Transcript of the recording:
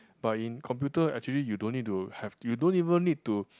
but in computer actually you don't need to have you don't even need to